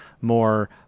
more